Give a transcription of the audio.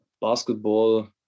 basketball